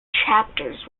chapters